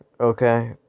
Okay